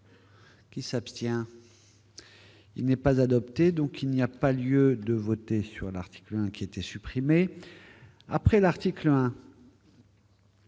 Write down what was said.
Qui s'abstient. Il n'est pas adopté, donc il n'y a pas lieu de voter sur l'article qui était supprimée après l'article 1.